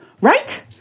Right